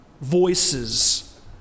voices